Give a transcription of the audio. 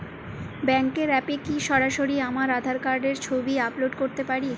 ব্যাংকের অ্যাপ এ কি সরাসরি আমার আঁধার কার্ড র ছবি আপলোড করতে পারি?